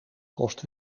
kost